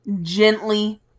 gently